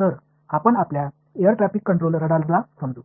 तर आपण आपल्या एअर ट्रॅफिक कंट्रोल रडारला समजू